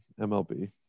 MLB